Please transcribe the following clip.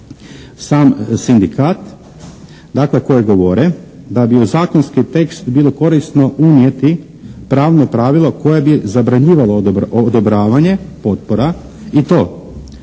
sam sindikat. Dakle, koji govore da bi u zakonski tekst bilo korisno unijeti pravno pravilo koje bi zabranjivalo odobravanje potpora i to